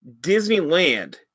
Disneyland